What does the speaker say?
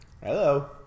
Hello